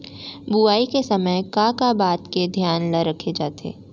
बुआई के समय का का बात के धियान ल रखे जाथे?